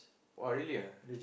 !wah! really ah